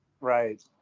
Right